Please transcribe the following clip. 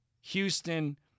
Houston